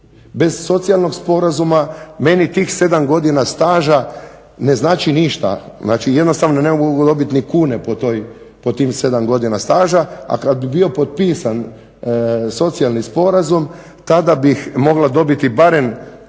bez socijalnog sporazuma meni tih 7 godina staža ne znači ništa, znači jednostavno ne mogu dobiti ni kune po tim 7 godina staža, a kada bi bio potpisan socijalni sporazum tada bih mogla dobiti barem